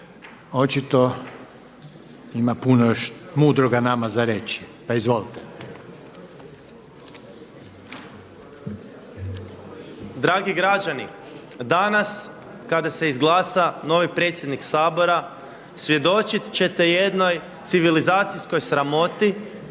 Očito ima puno još mudroga nama za reći, pa izvolite. **Pernar, Ivan (Živi zid)** Dragi građani, danas kada se izglasa novi predsjednik Sabora svjedočit ćete jednoj civilizacijskoj sramoti